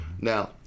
Now